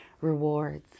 rewards